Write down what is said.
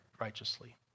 righteously